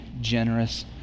generous